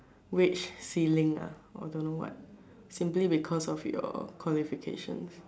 wage ceiling ah or don't know what simply because of your qualifications